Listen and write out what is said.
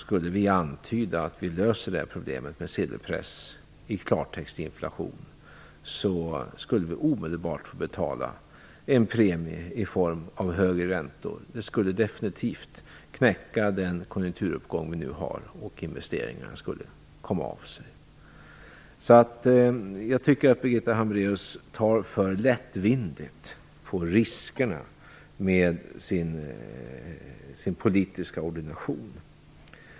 Skulle vi antyda att vi löser dessa problem med sedelpress, i klartext inflation, skulle vi omedelbart få betala en premie i form av högre räntor. Det skulle definitivt knäcka den konjunkturuppgång vi nu har och investeringarna skulle komma av sig. Jag tycker att Birgitta Hambraeus tar för lättvindigt på riskerna med sin politiska ordination.